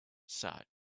sighed